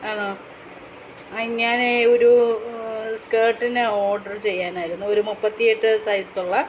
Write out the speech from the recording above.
ആണോ അ ഞാൻ ഒരു സ്കെർട്ടിന് ഓഡർ ചെയ്യാനായിരുന്നു ഒരു മുപ്പത്തിയെട്ടു സൈസുള്ള